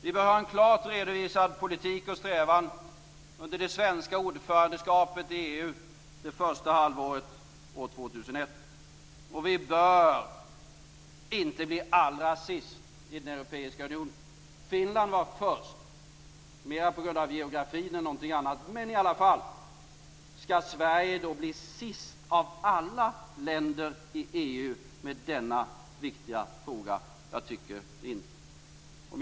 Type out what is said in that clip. Vi bör ha en klart redovisad politik och strävan under det svenska ordförandeskapet i EU det första halvåret år 2001. Och vi bör inte bli allra sist i den europeiska unionen. Finland var först, mera på grund av geografin än någonting annat, men i alla fall. Skall Sverige då bli sist av alla länder i EU med denna viktiga fråga? Jag tycker inte det.